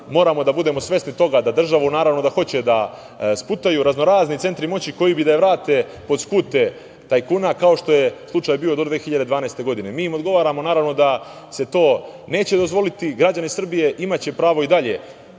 moramo da budemo svesni toga da država, naravno, da hoće da sputaju raznorazni centri moći koji bi da je vrate pod skute tajkuna, kao što je slučaj bio do 2012. godine. Mi im odgovaramo, naravno, da se to neće dozvoliti. Građani Srbije imaće pravo i dalje,